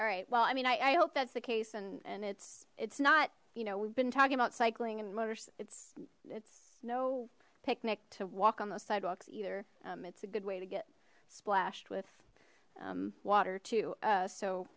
alright well i mean i i hope that's the case and and it's it's not you know we've been talking about cycling and motors it's it's no picnic to walk on those sidewalks either it's a good way to get splashed with water too